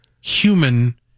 human